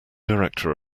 director